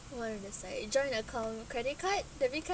who wanted to say you joint account credit card debit card